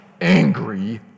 angry